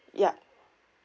ya